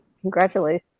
Congratulations